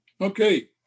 Okay